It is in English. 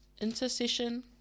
Intercession